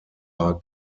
are